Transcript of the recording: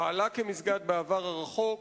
פעלה כמסגד בעבר הרחוק,